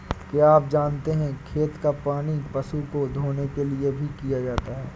क्या आप जानते है खेत का पानी पशु को धोने के लिए भी किया जाता है?